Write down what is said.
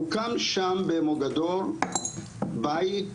הוקם שם במוגדור בית